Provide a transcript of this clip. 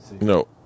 No